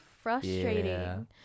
frustrating